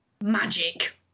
magic